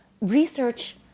research